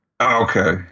Okay